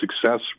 success